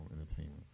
entertainment